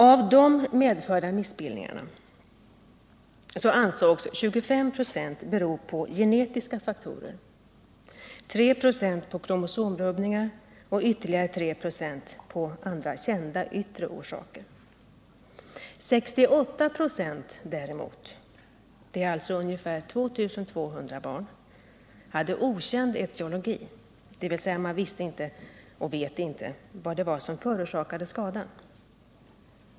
Av de medfödda missbildningarna ansågs 25 96 bero på genetiska faktorer, 3 96 på kromosomrubbningar och ytterligare 3 96 på andra kända yttre orsaker. 68 96 däremot, alltså ungefär 2 200 barn, hade okänd etiologi, dvs. man vet inte vad som förorsakat skadan.